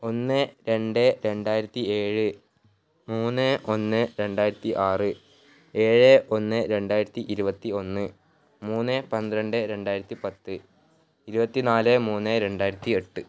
ഒന്ന് രണ്ട് രണ്ടായിരത്തി ഏഴ് മൂന്ന് ഒന്ന് രണ്ടായിരത്തി ആറ് ഏഴ് ഒന്ന് രണ്ടായിരത്തി ഇരുപത്തി ഒന്ന് മൂന്ന് പന്ത്രണ്ട് രണ്ടായിരത്തി പത്ത് ഇരുപത്തി നാല് മൂന്ന് രണ്ടായിരത്തി എട്ട്